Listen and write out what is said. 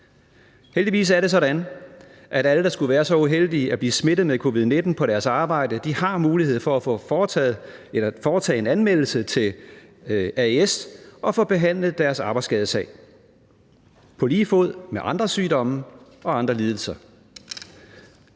Heldigvis er det sådan, at alle, der skulle være så uheldige at blive smittet med covid-19 på deres arbejde, har mulighed for at foretage en anmeldelse til AES og få behandlet deres arbejdsskadesag på lige fod med andre sygdomme og andre lidelser.